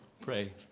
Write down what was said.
Pray